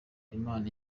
imana